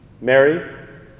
Mary